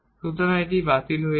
সুতরাং এটি বাতিল হয়ে যাবে